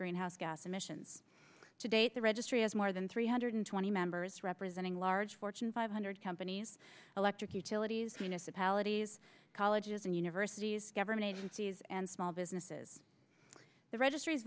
greenhouse gas emissions to date the registry has more than three hundred twenty members representing large fortune five hundred companies electric utilities unisa polities colleges and universities government agencies and small businesses the registr